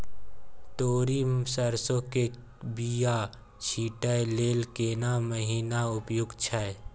तोरी, सरसो के बीया छींटै लेल केना महीना उपयुक्त छै?